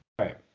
right